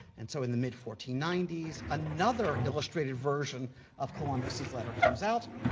and so in the mid fourteen ninety s, another illustrated version of columbus's letter comes out,